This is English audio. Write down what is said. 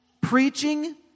preaching